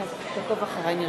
(קוראת בשמות חברי הכנסת)